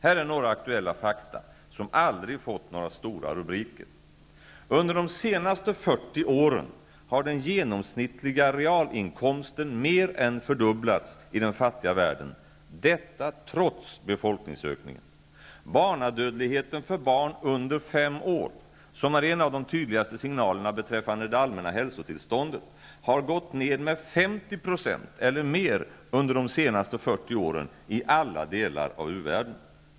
Här är några aktuella fakta, som aldrig fått några stora rubriker: Under de senaste 40 åren har den genomsnittliga realinkomsten mer än fördubblats i den fattiga världen -- detta trots befolkningsökningen. Barnadödligheten för barn under fem år, som är en av de tydligaste signalerna när det gäller det allmänna hälsotillståndet, har gått ned med 50 % eller mer under de senaste 40 åren i alla delar av tredje världen.